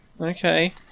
Okay